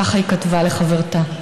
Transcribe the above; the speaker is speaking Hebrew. ככה היא כתבה לחברתה.